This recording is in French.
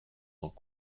temps